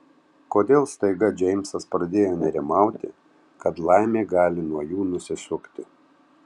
kodėl staiga džeimsas pradėjo nerimauti kad laimė gali nuo jų nusisukti